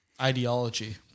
ideology